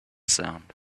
sound